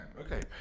Okay